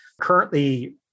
currently